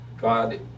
God